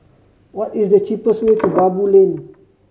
what is the cheapest way to Baboo Lane